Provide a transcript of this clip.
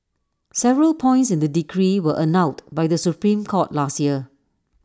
several points in the decree were annulled by the Supreme court last year